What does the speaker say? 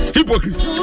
hypocrisy